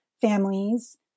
families